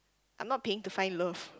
I'm not paying to find love